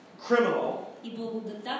criminal